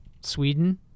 Sweden